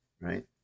right